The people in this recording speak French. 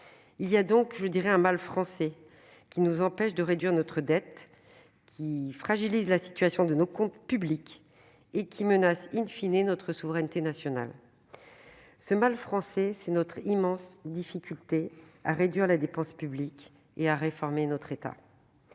Il y a donc un mal français qui nous empêche de réduire notre dette, qui fragilise la situation de nos comptes publics et qui menace notre souveraineté nationale : ce mal français, c'est notre immense difficulté à réduire la dépense publique et à réformer l'État.